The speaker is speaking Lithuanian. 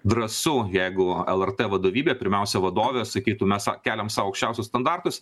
drąsu jeigu lrt vadovybė pirmiausia vadovė sakytų mes sa keliam sau aukščiausius standartus